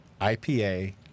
ipa